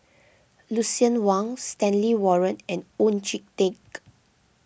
Lucien Wang Stanley Warren and Oon Jin Teik